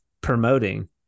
promoting